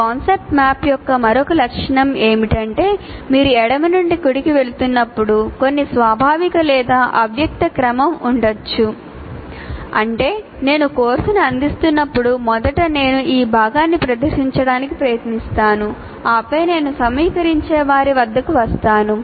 ఈ concept map యొక్క మరొక లక్షణం ఏమిటంటే మీరు ఎడమ నుండి కుడికి వెళుతున్నప్పుడు కొన్ని స్వాభావిక లేదా అవ్యక్త క్రమం ఉండవచ్చు అంటే నేను కోర్సును అందిస్తున్నప్పుడు మొదట నేను ఈ భాగాన్ని ప్రదర్శించడానికి ప్రయత్నిస్తాను ఆపై నేను సమీకరించేవారి వద్దకు వస్తాను